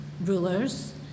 rulers